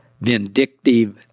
vindictive